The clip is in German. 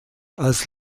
als